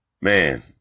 man